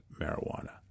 marijuana